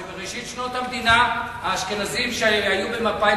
בראשית שנות המדינה האשכנזים שהיו במפא"י